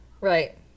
right